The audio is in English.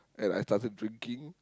and I started drinking